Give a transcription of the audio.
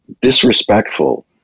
disrespectful